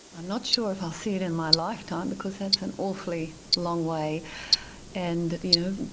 i'm not sure if i'll see it in my lifetime because that's an awfully long way and, you